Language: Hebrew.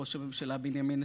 ראש הממשלה בנימין נתניהו,